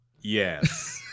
Yes